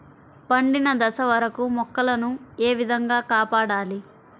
పండిన దశ వరకు మొక్కల ను ఏ విధంగా కాపాడాలి?